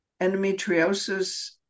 Endometriosis